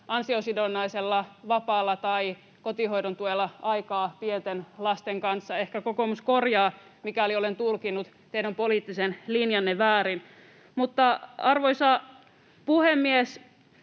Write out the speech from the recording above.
ansiosidonnaisella vapaalla tai kotihoidon tuella aikaa pienten lasten kanssa. Ehkä kokoomus korjaa, mikäli olen tulkinnut teidän poliittisen linjanne väärin. Mutta, arvoisa puhemies,